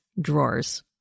drawers